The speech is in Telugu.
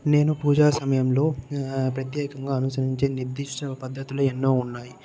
నేను పూజా సమయంలో ప్రత్యేకంగా అనుసరించే నిర్దిష్ట పద్ధతులు ఎన్నో ఉన్నాయి